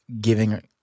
giving